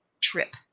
trip